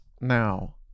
now